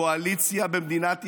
קואליציה במדינת ישראל,